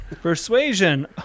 Persuasion